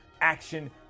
action